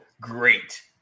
great